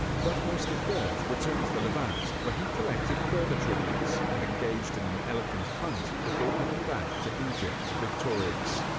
thutmose the third returned to the levant, where he collected further tributes and engaged in an elephant hunt before heading back to egypt victorious.